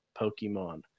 Pokemon